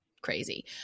crazy